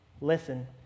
Listen